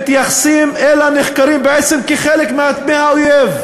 מתייחסים אל הנחקרים בעצם כאל חלק מהאויב,